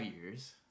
years